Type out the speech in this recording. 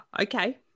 Okay